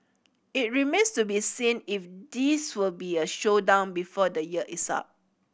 it remains to be seen if this will be a showdown before the year is up